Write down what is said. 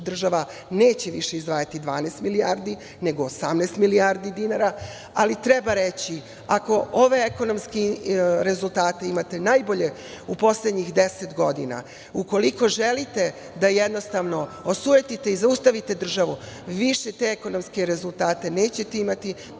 država neće više izdvajati 12 milijardi, nego 18 milijardi dinara, ali treba reći ako ove ekonomske rezultate imate najbolje u poslednjih 10 godina, ukoliko želite da jednostavno osujetite i zaustavite državu više te ekonomske rezultate nećete imati,